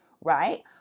Right